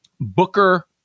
Booker